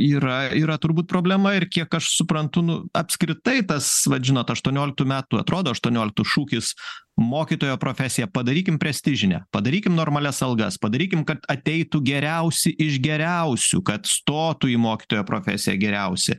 yra yra turbūt problema ir kiek aš suprantu nu apskritai tas vat žinot aštuonioliktų metų atrodo aštuonioliktų šūkis mokytojo profesiją padarykim prestižine padarykim normalias algas padarykim kad ateitų geriausi iš geriausių kad stotų į mokytojo profesiją geriausi